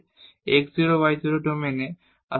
x 0 y 0 তে domain আছে